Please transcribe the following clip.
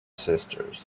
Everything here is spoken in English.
sisters